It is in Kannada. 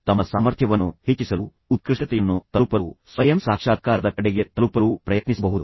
ತಮ್ಮ ಸಾಮರ್ಥ್ಯವನ್ನು ಹೆಚ್ಚಿಸಲು ಉತ್ಕೃಷ್ಟತೆಯನ್ನು ತಲುಪಲು ಸ್ವಯಂ ಸಾಕ್ಷಾತ್ಕಾರದ ಕಡೆಗೆ ತಲುಪಲು ಪ್ರಯತ್ನಿಸಬಹುದು